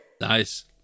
Nice